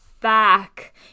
back